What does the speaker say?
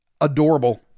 adorable